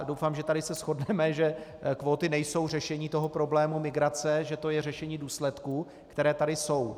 Doufám, že tady se shodneme, že kvóty nejsou řešení problému migrace, že to je řešení důsledků, které tady jsou.